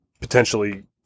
potentially